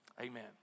Amen